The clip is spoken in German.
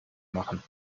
machen